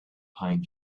pine